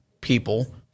people